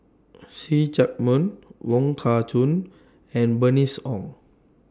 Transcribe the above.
See Chak Mun Wong Kah Chun and Bernice Ong